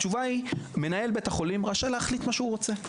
התשובה היא שמנהל בית החולים רשאי להחליט מה שהוא רוצה.